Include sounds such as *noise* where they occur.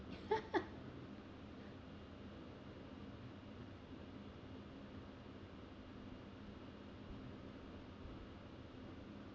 *laughs*